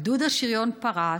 גדוד השריון פרץ,